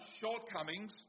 shortcomings